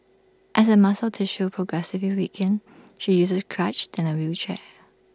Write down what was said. as her muscle tissue progressively weakened she used crutches then A wheelchair